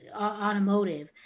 automotive